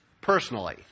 personally